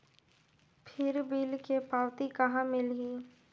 फिर बिल के पावती कहा मिलही?